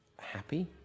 happy